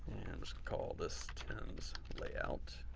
and just call this tim's layout.